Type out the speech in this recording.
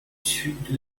sud